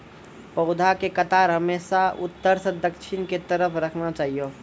पौधा के कतार हमेशा उत्तर सं दक्षिण के तरफ राखना चाहियो